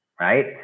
Right